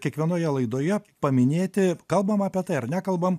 kiekvienoje laidoje paminėti kalbam apie tai ar nekalbam